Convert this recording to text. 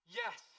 yes